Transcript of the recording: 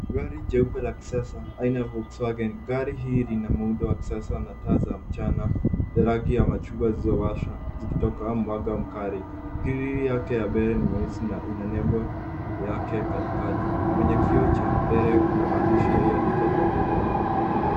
Gari jeupe la kisasa aina ya Volkswagen. Gari hii linamuundo wa kisasa na taa za mchana za rangi ya machungwa zilizowashwa zikitoka mwanga mkali. Grili yake ya mbele ni nyeusi na ina nembo yake katikati. Kwenye kioo cha mbele, kuna maandishi yaliyoandikwa kwa mkono